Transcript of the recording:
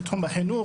מתחום החינוך,